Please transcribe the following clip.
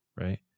right